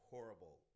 Horrible